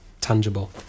tangible